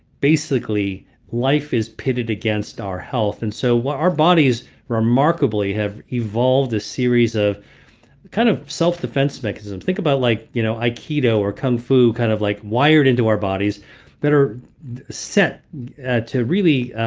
basically life is pitted against our health and so our bodies remarkably have evolved a series of kind of self-defense mechanisms, think about like you know aikido or kung fu kind of like wired into our bodies that are set to really